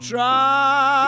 Try